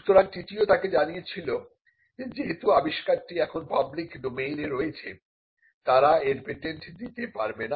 সুতরাং TTO তাকে জানিয়েছিল যেহেতু আবিষ্কারটি এখন পাবলিক ডোমেইনে রয়েছে তারা এর পেটেন্ট দিতে পারবে না